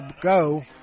go